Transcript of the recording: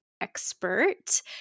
expert